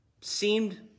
seemed